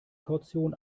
kaution